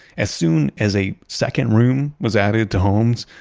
as soon as a second room was added to homes,